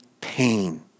pain